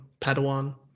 Padawan